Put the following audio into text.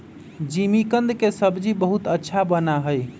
जिमीकंद के सब्जी बहुत अच्छा बना हई